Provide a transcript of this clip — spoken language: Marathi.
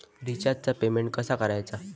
रिचार्जचा पेमेंट कसा करायचा?